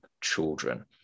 children